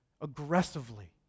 aggressively